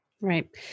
Right